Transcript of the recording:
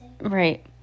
right